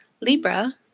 Libra